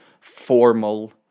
formal